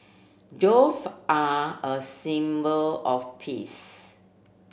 dove are a symbol of peace